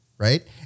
Right